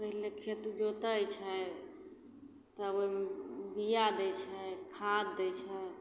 पहिले खेत जोतै छै तब ओहिमे बिआ दै छै खाद दै छै